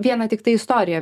vieną tiktai istoriją